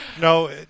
No